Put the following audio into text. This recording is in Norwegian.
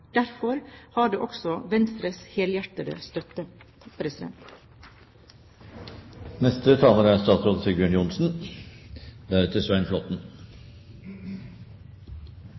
Derfor har det også Venstres helhjertede støtte. Dette er